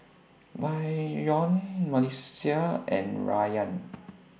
Bryon Melissia and Rayan